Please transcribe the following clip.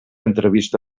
entrevista